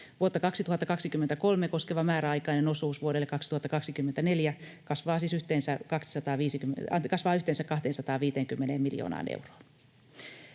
Vuotta 2023 koskeva määräaikainen osuus vuodelle 2024 kasvaa yhteensä 250 miljoonaan euroon.